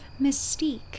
mystique